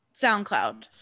SoundCloud